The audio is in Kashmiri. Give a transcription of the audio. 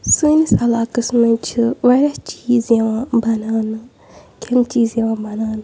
سٲنِس علاقَس منٛز چھِ واریاہ چیٖز یِوان بَناونہٕ کھیٚنہٕ چیٖز یِوان بَناونہٕ